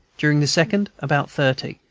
during the second about thirty,